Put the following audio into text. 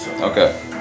Okay